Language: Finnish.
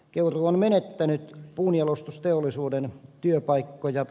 keuruu on menettänyt puunjalostusteollisuuden työpaikkoja